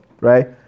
Right